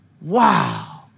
wow